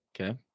Okay